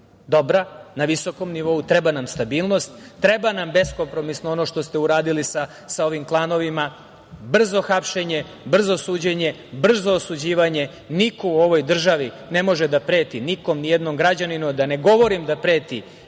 dobra, na visokom nivou, treba nam stabilnost, treba nam beskompromisno ono što ste uradili sa ovim klanovima, brzo hapšenje, brzo suđenje, brzo osuđivanje. Niko u ovoj državi ne može da preti nikom, nijednom građaninu, a da ne govorim da preti